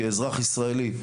כאזרח ישראלי,